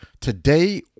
Today